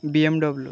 BMW